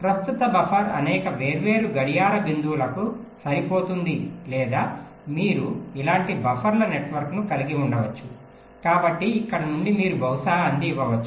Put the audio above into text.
ప్రస్తుత బఫర్ అనేక వేర్వేరు గడియార బిందువులకు సరిపోతుంది లేదా మీరు ఇలాంటి బఫర్ల నెట్వర్క్ను కలిగి ఉండవచ్చు కాబట్టి ఇక్కడ నుండి మీరు బహుశా అంది ఇవ్వవచ్చు